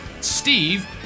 Steve